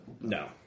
no